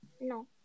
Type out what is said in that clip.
No